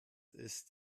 ist